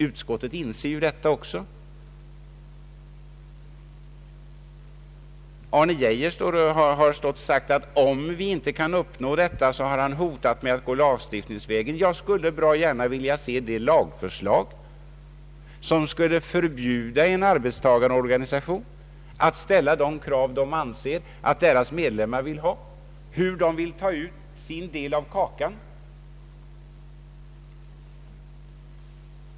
Utskottet inser också detta. Arne Geijer har hotat att gå lagstiftningsvägen. Jag skulle bra gärna vilja se det lagförslag som skulle förbjuda en arbetstagarorganisation att ställa de krav dess medlemmar har om hur de skall ta ut sin del av kakan.